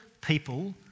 people